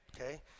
okay